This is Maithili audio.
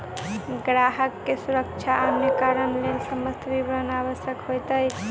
ग्राहक के सुरक्षा आ अन्य कारणक लेल समस्त विवरण आवश्यक होइत अछि